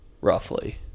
Roughly